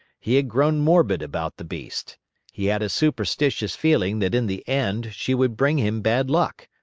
he had grown morbid about the beast he had a superstitious feeling that in the end she would bring him bad luck.